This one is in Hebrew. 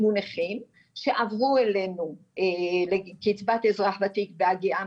אלו נכים שעברו אלינו בקצבת אזרח ותיק בהגיעם